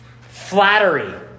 Flattery